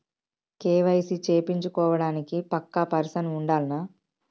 KYC చేపిచ్చుకోవడానికి పక్కా person ఉండాల్నా?